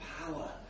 power